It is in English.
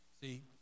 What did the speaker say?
See